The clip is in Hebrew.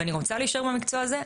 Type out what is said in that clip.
ואני רוצה להישאר במקצוע הזה.